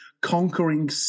conquering